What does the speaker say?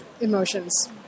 Emotions